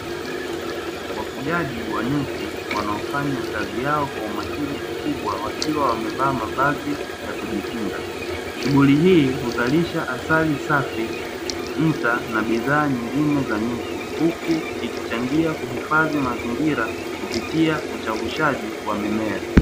Wafugaji wa nyuki wanaofanya kazi yao kwa umakini mkubwa, wakiwa wamevaa mavazi ya kujikinga. Shughuli hii huzalisha asali safi, nta na bidhaa nyingine za nyuki, huku ikisaidia ikichangia mazingira kupitia uchavushaji wa mimea.